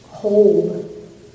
hold